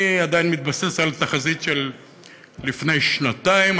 אני עדיין מתבסס על תחזית של לפני שנתיים.